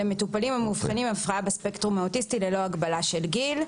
"למטופלים המאובחנים עם הפרעה בספקטרום האוטיסטי ללא הגבלה של גיל".